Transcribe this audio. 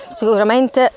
sicuramente